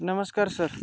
नमस्कार सर